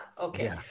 Okay